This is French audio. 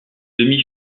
demi